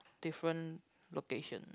different location